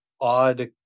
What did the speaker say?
odd